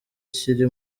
kiri